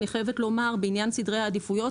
אני חייבת לומר בעניין סדרי העדיפויות,